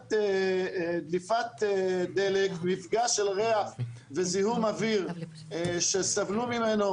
דליפת דלק, מפגע של ריח וזיהום אוויר, שסבלו ממנו,